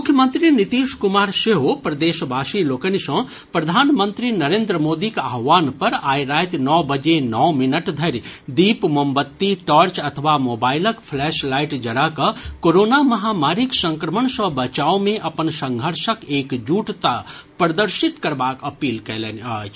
मुख्यमंत्री नीतीश कुमार सेहो प्रदेशवासी लोकनि सँ प्रधानमंत्री नरेंद्र मोदीक आह्वान पर आइ राति नओ बजे नओ मिनट धरि दीप मोमबत्ती टॉर्च अथवा मोबाईलक प्लैश लाईट जरा कऽ कोरोना महामारीक संक्रमण सँ बचाव मे अपन संघर्षक एकजुटता प्रदर्शित करबाक अपील कयलनि अछि